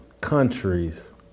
countries